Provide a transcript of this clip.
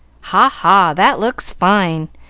ha, ha, that looks fine!